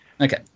Okay